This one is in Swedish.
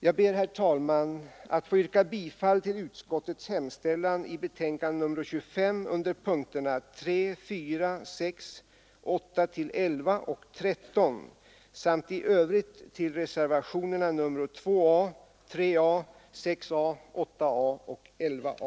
Jag ber, herr talman, att få yrka bifall till utskottets hemställan i betänkandet nr 25 under punkterna 3, 4, 6, 8—-11 och 13 samt i övrigt bifall till reservationerna 2 A, 3 A, 6 A, 8 A och 11 A.